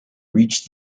reach